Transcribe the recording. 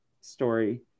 story